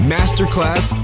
Masterclass